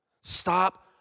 Stop